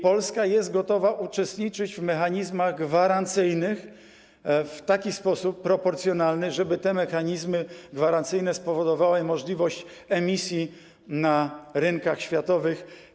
Polska jest gotowa uczestniczyć w mechanizmach gwarancyjnych w proporcjonalny sposób, żeby te mechanizmy gwarancyjne spowodowały możliwość emisji na rynkach światowych.